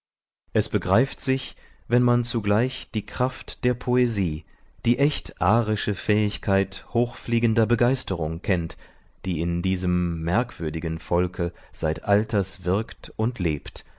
es begreift sich wenn man zugleich die kraft der poesie die echt arische fähigkeit hochfliegender begeisterung kennt die in diesem merkwürdigen volke seit alters wirkt und lebt